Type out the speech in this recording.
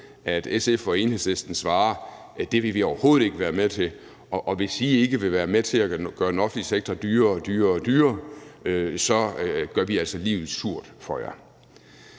at SF og Enhedslisten svarer: Det vil vi overhovedet ikke være med til, og hvis I ikke vil være med til at gøre den offentlige sektor dyrere og dyrere, gør vi altså livet surt for jer.